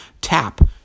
tap